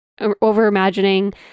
overimagining